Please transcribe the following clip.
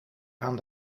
aan